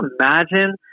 imagine